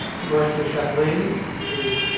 ah marcia chatelain is